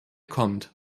kommt